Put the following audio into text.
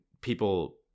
people